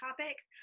topics